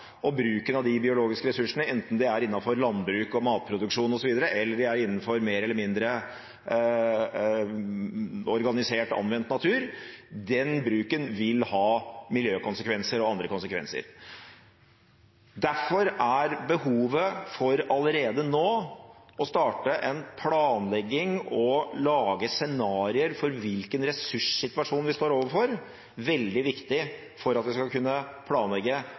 og bruken av de biologiske ressursene – enten det er innenfor landbruk og matproduksjon osv., eller det er innenfor mer eller mindre organisert anvendt natur – vil ha miljøkonsekvenser og andre konsekvenser. Derfor er behovet for allerede nå å starte en planlegging og lage scenarier for hvilken ressurssituasjon vi står overfor, veldig viktig for at vi skal kunne planlegge